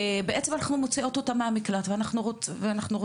בעצם אנחנו מוציאות אותה מן המקלט ואנחנו רוצות